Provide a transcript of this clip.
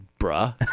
bruh